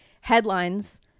headlines